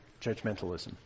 judgmentalism